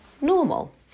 normal